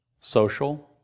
Social